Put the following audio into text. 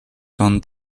son